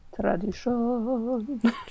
Tradition